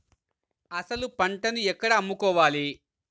అసలు పంటను ఎక్కడ అమ్ముకోవాలి?